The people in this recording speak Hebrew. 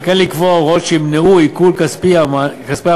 וכן לקבוע הוראות שימנעו את עיקול כספי המענק